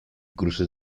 cruces